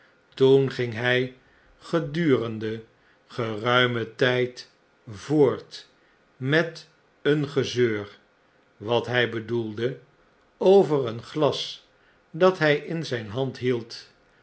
toen ging by gedurende geruimen tyd voort met een gezeur wat hy bedoelde over een glas dat hy in zyn hand hield